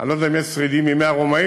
אני לא יודע אם יש שרידים מימי הרומאים,